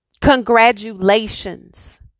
Congratulations